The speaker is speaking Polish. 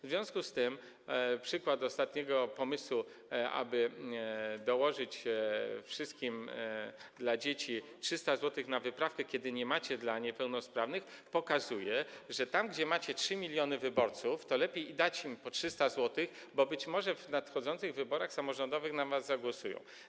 W związku z tym przykład ostatniego pomysłu, aby dołożyć wszystkim dla dzieci 300 zł na wyprawkę, kiedy nie macie dla niepełnosprawnych, pokazuje, że tam, gdzie macie 3 mln wyborców, to lepiej im dać po 300 zł, bo być może w nadchodzących wyborach samorządowych na was zagłosują.